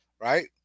right